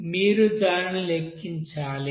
మీరు దానిని లెక్కించాలి